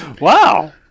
wow